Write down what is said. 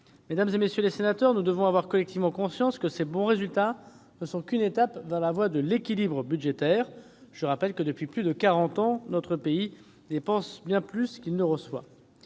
Mesdames, messieurs les sénateurs, nous devons avoir collectivement conscience que ces bons résultats ne sont qu'une étape sur la voie de l'équilibre budgétaire. Je le rappelle, depuis plus de quarante ans, notre pays dépense bien plus qu'il ne produit.